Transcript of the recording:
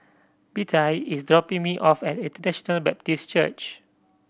Bettye is dropping me off at International Baptist Church